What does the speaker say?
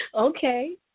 Okay